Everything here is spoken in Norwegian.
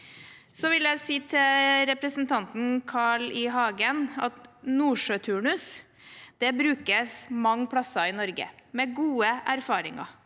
Jeg vil si til representanten Carl I. Hagen at nordsjøturnus brukes mange plasser i Norge, med gode erfaringer.